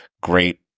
great